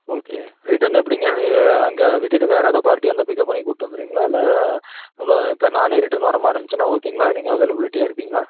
okay return எப்படிங்க இது அங்கே விட்டுட்டு வேறு ஏதாது பார்ட்டி வந்தால் பிக்கப் பண்ணி கூட்டி வந்துடுவீங்களா இல்லை இன்னும் இப்போ நானே ரிட்டன் வர மாதிரி இருந்துச்சின்னா ஓகேங்களா நீங்கள் அவைலபிளிட்டியாக இருப்பீங்களா